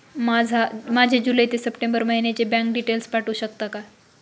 माझे जुलै ते सप्टेंबर महिन्याचे बँक डिटेल्स पाठवू शकता का?